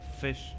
fish